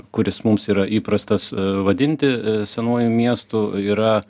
kuris mums yra įprastas vadinti senuoju miestu yra